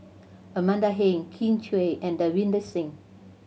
Amanda Heng Kin Chui and Davinder Singh